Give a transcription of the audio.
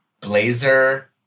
blazer